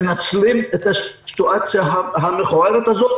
מנצלים את הסיטואציה המכוערת הזו.